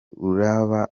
uraba